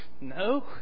No